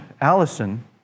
Allison